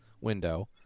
window